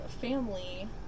family